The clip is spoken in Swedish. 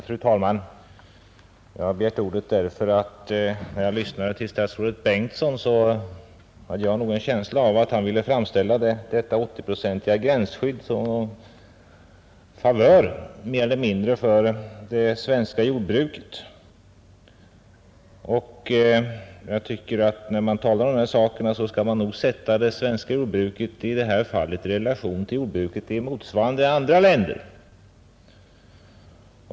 Fru talman! Jag har begärt ordet därför att jag när jag lyssnade till statsrådet Bengtsson fick en känsla av att han ville framställa det 80-procentiga gränsskyddet mer eller mindre som en favör för det svenska jordbruket. När man talar om de här sakerna tycker jag att man skall sätta det svenska jordbruket i relation till jordbruket i andra motsvarande länder.